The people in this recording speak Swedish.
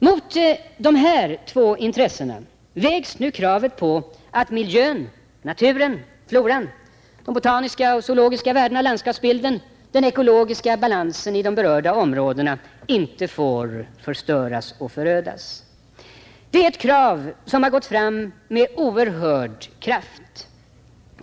Mot dessa två intressen vägs nu kravet på att miljön, naturen, floran, de botaniska och zoologiska värdena, landskapsbilden, den ekologiska balansen i de berörda områdena inte får förstöras och förödas. Det är ett krav som har gått fram med oerhörd kraft.